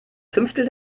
fünftel